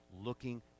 looking